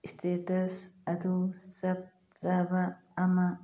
status ꯑꯗꯨ ꯆꯞ ꯆꯥꯕ ꯑꯃ